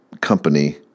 company